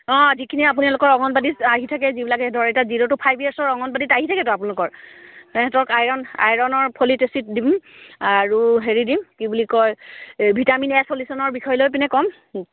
অঁ যিখিনি আপোনালোকৰ অংগনবাদী আহি থাকে যিবিলাকে ধৰ এতিয়া জিৰ' টু ফাইভ ইয়েৰ্ছৰ অংগনবাদীত আহি থাকেতো আপোনালোক তেহেঁতক আইৰণ আইৰণনৰ ফলিক এছিড দিম আৰু হেৰি দিম কি বুলি কয় ভিটামিন এ চলিউশ্য়নৰ বিষয় লৈ পিনে ক'ম